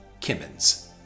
Kimmins